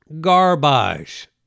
Garbage